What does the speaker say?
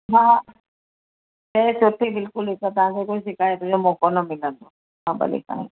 हा ई शइ सुठी बिल्कुलु ॾिसो तव्हांखे कोई शिकायत जो मौक़ो न मिलंदो हा भली साईं